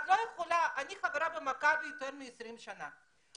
אני חברה במכבי יותר מ-20 שנה,